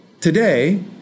today